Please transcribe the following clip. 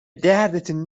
دردتون